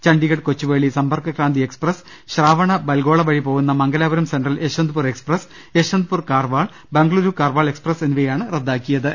Chandigarh Kochuveli Sampark Kranti express Shravanabelagola വഴി പോകുന്ന Mangalapuram central Yesvantpur express Yesvantpur Karwar Bengaluru Karwar express എന്നിവയാണ് റദ്ദാക്കിയത്